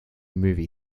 movie